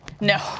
No